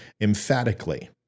emphatically